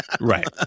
Right